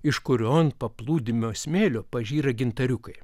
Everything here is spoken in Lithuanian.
iš kurio ant paplūdimio smėlio pažyra gintariukai